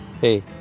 Hey